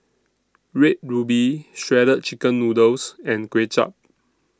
Red Ruby Shredded Chicken Noodles and Kway Chap